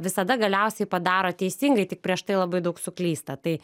visada galiausiai padaro teisingai tik prieš tai labai daug suklysta tai